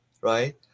right